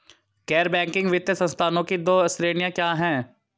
गैर बैंकिंग वित्तीय संस्थानों की दो श्रेणियाँ क्या हैं?